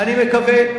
אני מקווה.